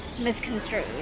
misconstrued